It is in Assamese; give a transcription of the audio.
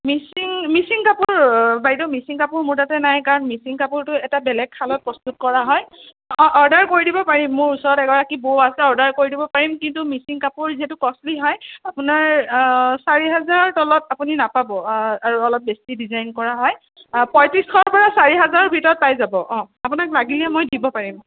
মিচিং মিচিং কাপোৰ বাইদেউ মিচিং কাপোৰ মোৰ তাতে নাই কাৰণ মিচিং কাপোৰটো এটা বেলেগ শালত প্ৰস্তুত কৰা হয় অ অৰ্ডাৰ কৰি দিব পাৰিম মোৰ ওচৰত এগৰাকী বৌ আছে অৰ্ডাৰ কৰি দিব পাৰিম কিন্তু মিচিং কাপোৰ যিহেতু ক'চলি হয় আপোনাৰ চাৰি হাজাৰৰ তলত আপুনি নাপাব আৰু অলপ বেছি ডিজাইন কৰা হয় পঁইত্ৰিছশৰ পৰা চাৰি হেজাৰৰ ভিতৰত পাই যাব অ আপোনাক লাগিলে মই দিব পাৰিম